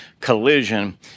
collision